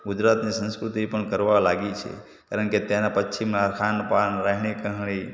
ગુજરાતની સંસ્કૃતિ પણ કરવા લાગી છે કારણ કે તેના પશ્ચિમનાં ખાન પાન રહેણી કરણી